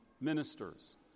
ministers